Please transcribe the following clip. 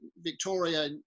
victoria